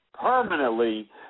permanently